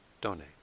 donate